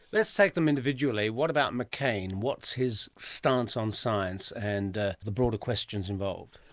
let's take them individually. what about mccain? what's his stance on science and ah the broader questions involved?